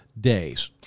days